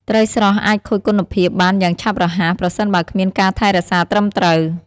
ត្រីស្រស់អាចខូចគុណភាពបានយ៉ាងឆាប់រហ័សប្រសិនបើគ្មានការថែរក្សាត្រឹមត្រូវ។